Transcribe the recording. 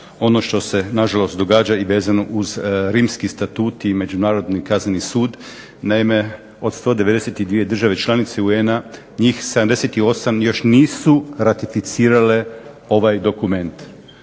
ono što se na žalost događa i vezano uz Rimski statut i Međunarodni kazneni sud. Naime, od 192 države članice UN-a njih 78 još nisu ratificirale ovaj dokument